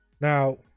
now